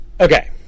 Okay